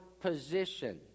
position